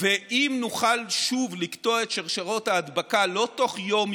ואם נוכל שוב לקטוע את שרשראות ההדבקה לא תוך יום,